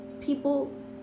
people